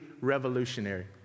revolutionary